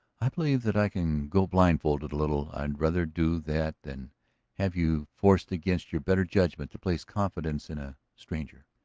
i believe that i can go blindfolded a little. i'd rather do that than have you forced against your better judgment to place confidence in a stranger.